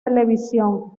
televisión